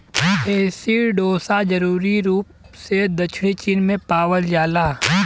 एसिडोसा जरूरी रूप से दक्षिणी चीन में पावल जाला